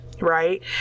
right